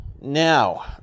Now